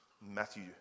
Matthew